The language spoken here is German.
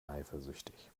eifersüchtig